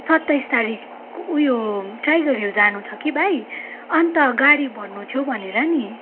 सत्ताइस तारिक ऊ यो टाइगर हिल जानु छ कि भाइ अन्त गाडी भन्नु थियो भनेर नि